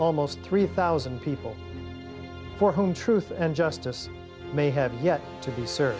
almost three thousand people for whom truth and justice may have ye